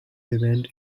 remained